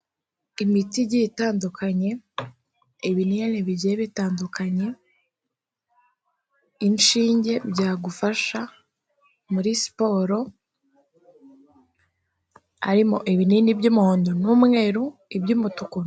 Imiti igiye itandukanye, ibinini bigiye bitandukanye, inshinge byafasha muri siporo harimo ibini by'umuhondo n'umweru, iby'umutuku.